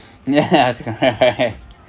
yes right